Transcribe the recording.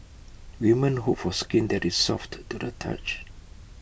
women hope for skin that is soft to the touch